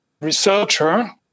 researcher